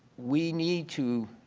we need to